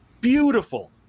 beautiful